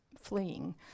fleeing